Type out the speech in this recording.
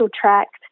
tract